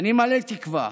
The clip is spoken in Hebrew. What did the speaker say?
ואני מלא תקווה